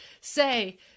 say